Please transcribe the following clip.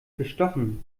bestochen